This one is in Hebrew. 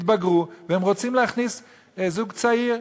התבגרו והם רוצים להכניס זוג צעיר.